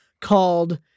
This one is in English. called